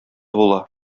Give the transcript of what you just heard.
була